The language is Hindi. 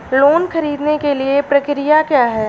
लोन ख़रीदने के लिए प्रक्रिया क्या है?